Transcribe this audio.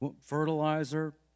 Fertilizer